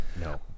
no